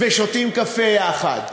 ושותים קפה יחד.